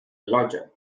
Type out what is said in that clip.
lodger